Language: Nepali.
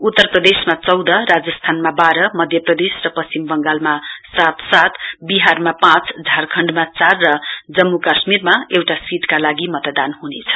उत्तर प्रदेशमा चौध राजस्थानमा बाह्र मध्य प्रदेश र पश्चिम बङ्गालमा सात सात बिहारमा पाँच झारखण्डमा चार र जम्मु कश्मिरमा एउटा सीटका लागि मतदान हुनेछ